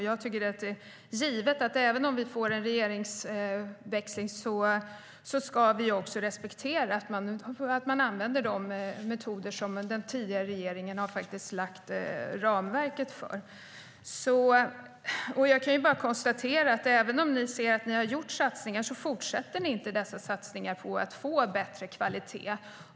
Jag tycker att det är givet att även om vi får en regeringsväxling ska vi respektera att använda de metoder som den tidigare regeringen lagt ramverket för. Jag kan bara konstatera att även om ni, Roger Haddad, säger att ni har gjort satsningar fortsätter ni inte med dessa satsningar för att få högre kvalitet.